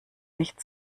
nicht